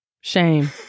Shame